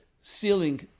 ceiling